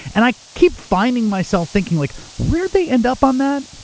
and i keep finding myself thinking, like where'd they end up on that?